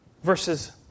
Verses